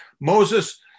Moses